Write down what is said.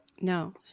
No